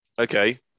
Okay